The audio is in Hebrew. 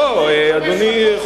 אדוני,